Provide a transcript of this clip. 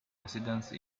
residence